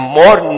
more